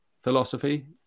philosophy